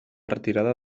retirada